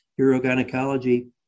urogynecology